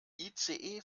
ice